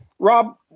Rob